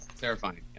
Terrifying